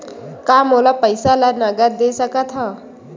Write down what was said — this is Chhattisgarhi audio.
का मोला पईसा ला नगद दे सकत हव?